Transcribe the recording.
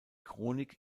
chronik